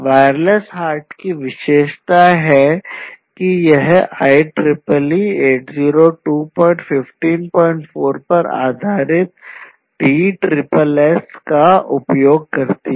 wireless HART की विशेषताएं है कि यह IEEE 802154 पर आधारित DSSS का उपयोग करती है